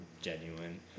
genuine